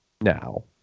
now